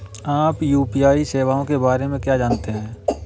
आप यू.पी.आई सेवाओं के बारे में क्या जानते हैं?